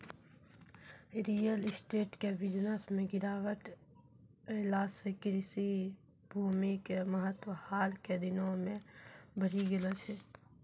real estate के business मॅ गिरावट ऐला सॅ कृषि भूमि के महत्व हाल के दिनों मॅ बढ़ी गेलो छै